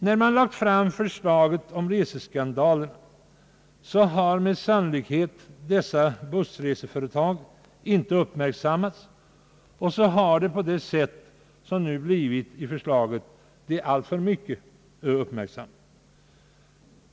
När man lagt fram förslaget om re: seskandalerna har med sannolikhet bussreseföretagen inte uppmärksammats. På det sättet har de nu i förslaget blivit alltför mycket uppmärksammade.